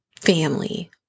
family